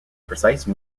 precise